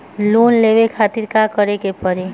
Loan लेवे खातिर का करे के पड़ी?